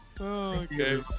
Okay